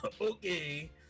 okay